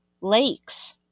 lakes